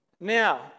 Now